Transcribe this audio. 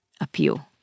Appeal